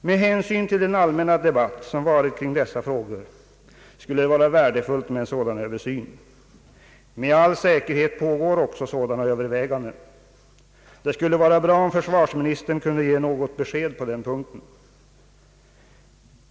Med hänsyn till den allmänna debatt som förekommit kring dessa frågor skulle det vara värdefullt med en sådan översyn. Med all säkerhet pågår också sådana överväganden. Det skulle vara bra om försvarsministern kunde ge något besked på den punkten.